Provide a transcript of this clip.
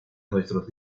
nuestros